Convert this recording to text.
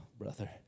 brother